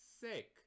sick